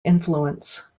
influence